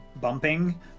bumping